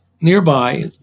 nearby